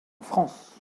france